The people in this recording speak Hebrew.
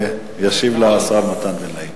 ישיב לה השר מתן וילנאי.